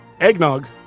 eggnog